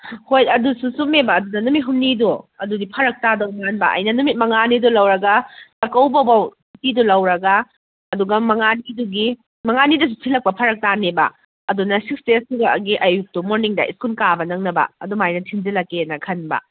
ꯍꯣꯏ ꯑꯗꯨꯁꯨ ꯆꯨꯝꯃꯦꯕ ꯑꯗꯨꯗ ꯅꯨꯃꯤꯠ ꯍꯨꯝꯅꯤꯗꯣ ꯑꯗꯨꯗꯤ ꯐ꯭ꯔꯛ ꯇꯥꯗꯧ ꯃꯥꯟꯕ ꯑꯩꯅ ꯅꯨꯃꯤꯠ ꯃꯉꯥꯅꯤꯗꯨ ꯂꯧꯔꯒ ꯆꯥꯀꯧꯕꯐꯥꯎꯕ ꯁꯨꯇꯤꯗꯨ ꯂꯧꯔꯒ ꯑꯗꯨꯒ ꯃꯉꯥꯅꯤꯗꯨꯒꯤ ꯃꯉꯥꯅꯤꯗꯨꯁꯨ ꯊꯤꯂꯛꯄ ꯐꯔꯛ ꯇꯥꯅꯤꯕ ꯑꯗꯨꯅ ꯁꯤꯛꯁ ꯗꯦꯁ ꯁꯨꯕꯒꯤ ꯑꯌꯨꯛꯇꯣ ꯃꯣꯔꯅꯤꯡꯗ ꯁ꯭ꯀꯨꯜ ꯀꯥꯕ ꯅꯪꯅꯕ ꯑꯗꯨꯃꯥꯏꯅ ꯊꯤꯟꯖꯜꯂꯛꯀꯦꯅ ꯈꯟꯕ